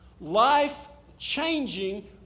Life-changing